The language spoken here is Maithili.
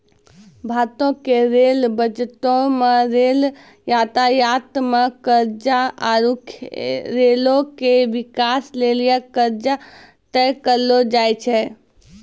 भारतो के रेल बजटो मे रेल यातायात मे खर्चा आरु रेलो के बिकास लेली खर्चा तय करलो जाय छै